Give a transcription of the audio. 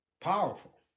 powerful